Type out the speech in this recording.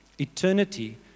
Eternity